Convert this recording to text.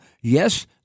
yes